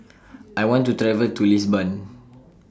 I want to travel to Lisbon